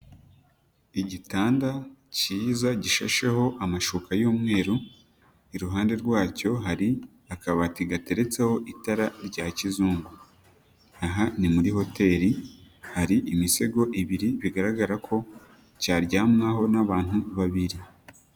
Igitanda kiza gishasheho amashuka y'umweru, iruhande rwacyo hari akabati gateretseho itara rya kizungu, aha ni muri hoteli, hari imisego ibiri bigaragara ko cyaryamwaho n'abantu babiri.